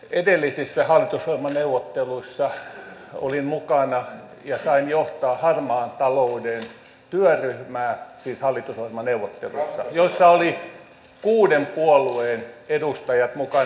edellisissä hallitusohjelmaneuvotteluissa olin mukana ja sain johtaa harmaan talouden työryhmää siis hallitusohjelmaneuvotteluissa joissa oli kuuden puolueen edustajat mukana